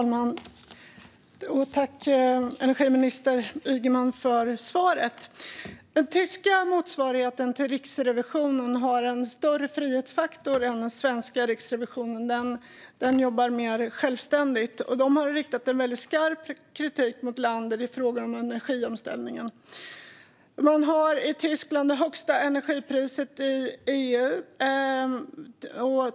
Fru talman! Tack, energiminister Ygeman, för svaret! Den tyska motsvarigheten till Riksrevisionen har en större frihetsfaktor än den svenska och jobbar mer självständigt. Den har riktat väldigt skarp kritik mot landet i fråga om energiomställningen. I Tyskland har man det högsta energipriset i EU.